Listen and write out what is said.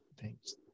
thanks